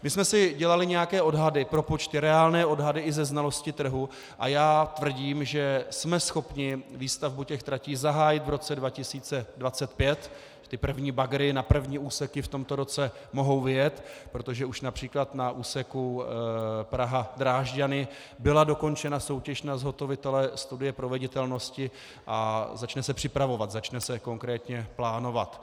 My jsme si dělali nějaké odhady, propočty, reálné odhady i ze znalosti trhu a já tvrdím, že jsme schopni výstavbu těch tratí zahájit v roce 2025, ty první bagry na první úseky v tomto roce mohou vyjet, protože už například na úseku PrahaDrážďany byla dokončena soutěž na zhotovitele studie proveditelnosti a začne se připravovat, začne se konkrétně plánovat.